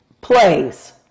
plays